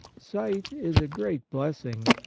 sight is a great blessing,